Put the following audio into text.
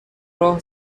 راه